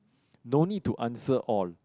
no need to answer all